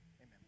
Amen